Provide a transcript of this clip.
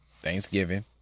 Thanksgiving